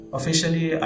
Officially